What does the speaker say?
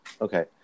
okay